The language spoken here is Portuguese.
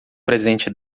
presente